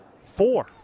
four